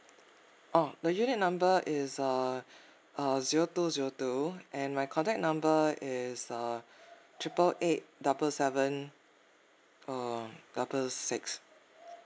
orh the unit number is err uh zero two zero two and my contact number is uh triple eight double seven err double six